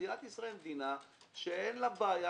מדינת ישראל היא מדינה שאין לה בעיה,